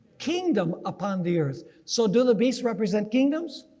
kingdom upon the earth. so do the beast represent kingdoms?